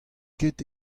ket